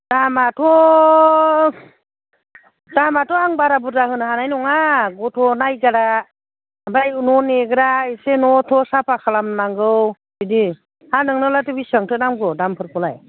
दामआथ' दामआथ' आं बारा बुरजा होनो हानाय नङा गथ' नायग्रा ओमफ्राय न' नेग्रा एसे न' थ' साफा खालामनांगौ बिदि हा नोंनोलाय बेसेबांथो नांगौ दामफोरखौलाय